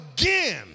again